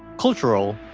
cultural,